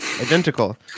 identical